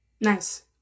Nice